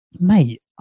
mate